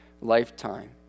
lifetime